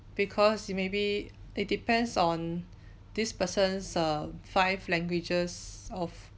because you maybe it depends on this person's err five languages of